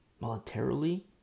militarily